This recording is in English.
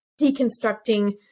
deconstructing